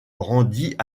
rendit